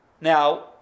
Now